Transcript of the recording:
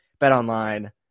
BetOnline